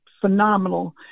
phenomenal